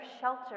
shelter